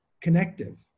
connective